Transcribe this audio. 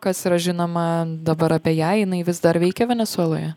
kas yra žinoma dabar apie ją jinai vis dar veikia venesueloje